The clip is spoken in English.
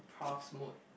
pros mode